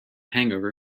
hangover